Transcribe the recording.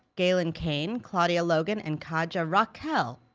galen kane, claudia logan, and kadijah raquel,